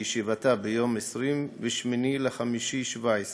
בישיבתה ביום 28 במאי 2017,